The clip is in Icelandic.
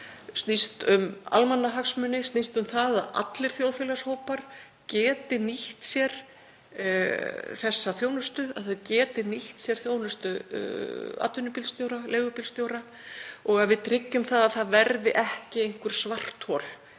snýst um almannahagsmuni, snýst um að allir þjóðfélagshópar geti nýtt sér þessa þjónustu, geti nýtt sér þjónustu atvinnubílstjóra, leigubílstjóra, og að við tryggjum að ekki verði einhver svarthol